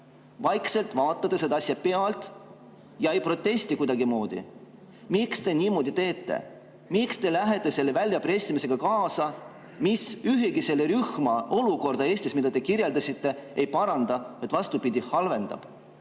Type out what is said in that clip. vaikselt seda asja pealt ega protesti kuidagimoodi. Miks te niimoodi teete? Miks te lähete kaasa selle väljapressimisega, mis Eestis ühegi selle rühma olukorda, mida te kirjeldasite, ei paranda, vaid vastupidi, halvendab?